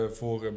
voor